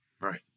right